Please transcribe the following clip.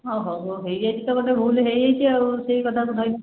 ହଁ ହଉ ହେଇଯାଇଛି ତ ଗୋଟେ ଭୁଲ୍ ହେଇଯାଇଛି ଆଉ ସେଇ କଥାକୁ ଧରିକି